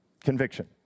Conviction